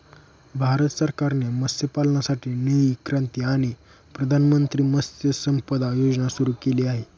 भारत सरकारने मत्स्यपालनासाठी निळी क्रांती आणि प्रधानमंत्री मत्स्य संपदा योजना सुरू केली आहे